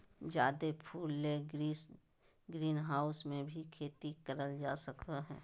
जादे फूल ले ग्रीनहाऊस मे भी खेती करल जा सको हय